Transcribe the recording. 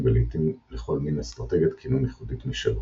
ולעיתים גם לכל מין אסטרטגיית קינון ייחודית משלו.